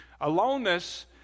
Aloneness